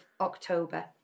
October